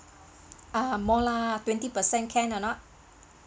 uh lah twenty percent can or not